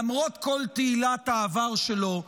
למרות כל תהילת העבר שלו,